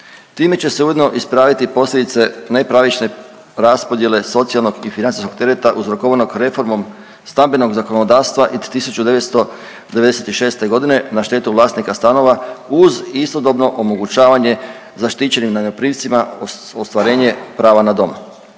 Time će se ujedno ispraviti posljedice nepravične raspodjele socijalnog i financijskog tereta uzrokovanog reformom stambenog zakonodavstva iz 1996.g. na štetu vlasnika stanova uz istodobno omogućavanje zaštićenim najmoprimcima ostvarenje prava na dom.